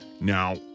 Now